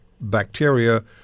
bacteria